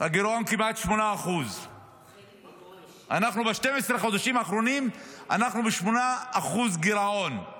הגירעון כמעט 8%. ב-12 החודשים האחרונים אנחנו ב-8% גירעון.